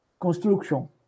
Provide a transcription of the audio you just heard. construction